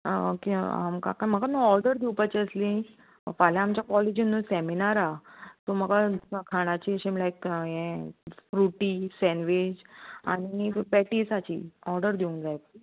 आं ओके आं आमकां म्हाका न्हू ऑर्डर दिवपाची आसली फाल्यां आमच्या कॉलेजीन न्हू सेमिनार हा सो म्हाका खाणाची अशीं लायक हें फ्रुटी सेन्वेज आनी पेटिसाची ऑडर दिवूंक जाय